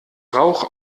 rauch